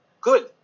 good